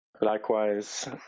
likewise